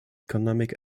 economic